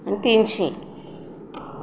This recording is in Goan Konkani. तीनशीं